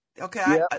Okay